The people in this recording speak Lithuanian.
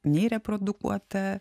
nei reprodukuota